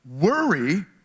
Worry